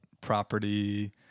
property